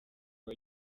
aba